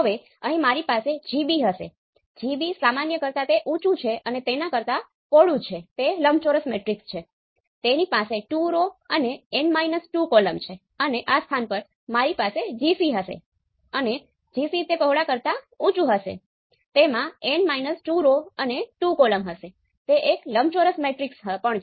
હવે જ્યાં સુધી ઋણાત્મક ફીડબેક છે